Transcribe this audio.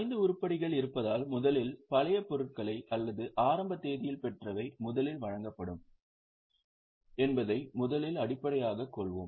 ஐந்து உருப்படிகள் இருப்பதால் முதலில் பழைய பொருட்களை அல்லது ஆரம்ப தேதியில் பெற்றவை முதலில் வழங்கப்படும் என்பதை முதலில் அடிப்படையாகக் கொள்வோம்